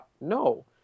No